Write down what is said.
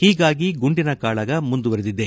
ಹೀಗಾಗಿ ಗುಂಡಿನ ಕಾಳಗ ಮುಂದುವರೆದಿದೆ